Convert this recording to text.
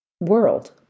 world